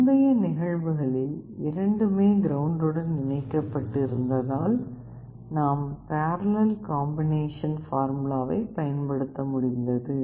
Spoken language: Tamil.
முந்தைய நிகழ்வுகளில் இரண்டுமே கிரவுண்ட் உடன் இணைக்கப்பட்டு இருந்ததால் நாம் பாரலல் காம்பினேஷன் பார்முலாவை பயன்படுத்த முடிந்தது